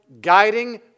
guiding